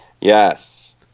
Yes